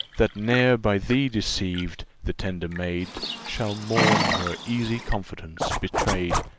that ne'er by thee deceived, the tender maid shall mourn her easy confidence betray'd,